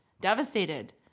devastated